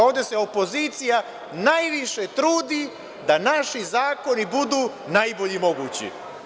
Ovde se opozicija najviše trudi da naši zakoni budu najbolji mogući.